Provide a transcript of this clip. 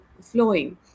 flowing